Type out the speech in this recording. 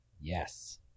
Yes